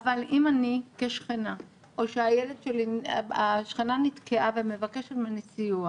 אבל אם השכנה נתקעה ומבקשת ממני סיוע